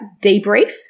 debrief